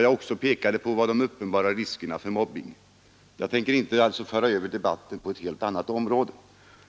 Jag pekade också på de uppenbara riskerna för mobbing, men jag tänker däremot inte föra över debatten på ett helt annat område.